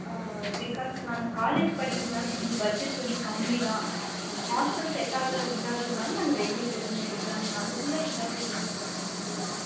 because நாங்கள் college படிக்கிறதுனால எங்கள் பட்ஜெட் கொஞ்சம் கம்மி தான் அங்க ஹாஸ்டல் செட்ட ஆாக இல்லாதறதுனால நாங்கள் வெளியே இப்போ ரூம் எடுக்கலாம் நீங்கள் அதுக்குள்ளே எங்கேயாவது ஒரு வீடு பார்த்து தான் முடியுமா